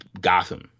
Gotham